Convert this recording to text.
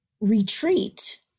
retreat